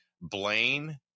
Blaine